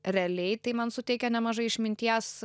realiai tai man suteikia nemažai išminties